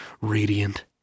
radiant